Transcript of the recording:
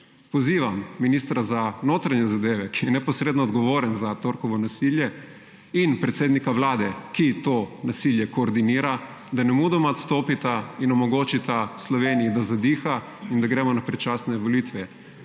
pozivam ministra za notranje zadeve, ki je neposredno odgovoren za torkovo nasilje, in predsednika vlade, ki to nasilje koordinira, da nemudoma odstopita in omogočita Sloveniji, da zadiha in da gremo na predčasne volitve.